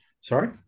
Sorry